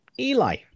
Eli